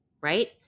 right